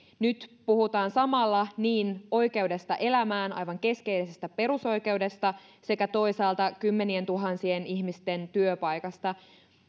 nyt puhutaan samalla niin oikeudesta elämään aivan keskeisestä perusoikeudesta kuin toisaalta kymmenien tuhansien ihmisten työpaikoista